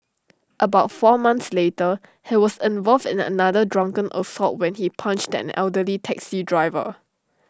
about four months later he was involved in another drunken assault when he punched an elderly taxi driver